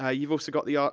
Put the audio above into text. ah you've also got the, ah